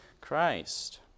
Christ